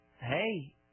Hey